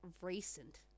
recent